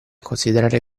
considerare